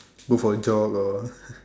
go for a jog or